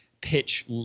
pitch